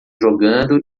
jogando